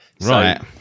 right